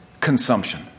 consumption